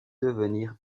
devenir